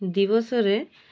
ଦିବସରେ